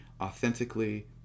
authentically